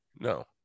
No